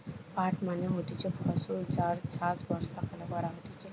পাট মানে হতিছে ফসল যার চাষ বর্ষাকালে করা হতিছে